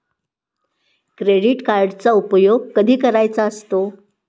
Credit कार्डचा उपयोग कधी करायचा असतो?